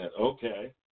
Okay